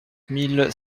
mille